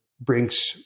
brings